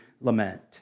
lament